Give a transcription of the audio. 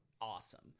awesome